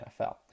NFL